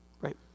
right